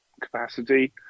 capacity